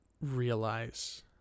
realize